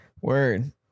Word